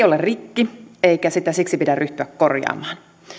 ole rikki eikä sitä siksi pidä ryhtyä korjaamaan